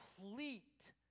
complete